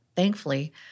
Thankfully